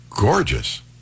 gorgeous